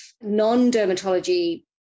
non-dermatology